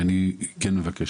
אנחנו הגורמים.